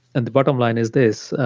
and the bottom line is this.